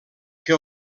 que